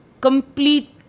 complete